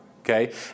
Okay